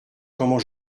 comment